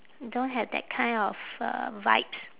don't have that kind of uh vibes